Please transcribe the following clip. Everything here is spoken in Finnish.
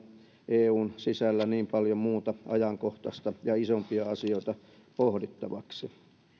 eun sisällä niin paljon muuta ajankohtaista ja isompia asioita pohdittavaksi